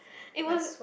it was